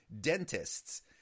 dentists